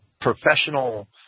professional